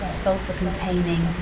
sulfur-containing